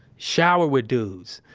shower with dudes.